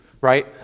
right